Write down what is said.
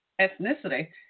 ethnicity